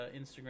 instagram